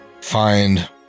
find